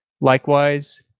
Likewise